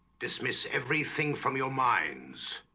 dismiss everything from your minds